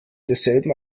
desselben